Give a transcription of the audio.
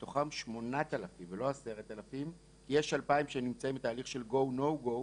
מתוכם 8,000 ולא 10,000. יש 2,000 שהם נמצאים בתהליך של go no go,